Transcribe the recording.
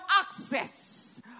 access